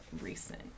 recent